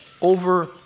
over